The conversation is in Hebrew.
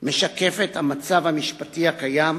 משקפת את המצב המשפטי הקיים,